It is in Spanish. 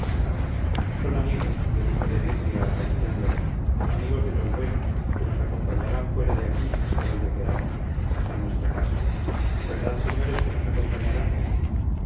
son amigos le dijo demetria acariciándole amigos de los buenos que nos acompañarán fuera de aquí hasta donde queramos hasta nuestra casa verdad señores que nos acompañarán